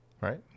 Right